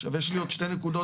עכשיו יש לי עוד שתי נקודות,